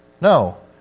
No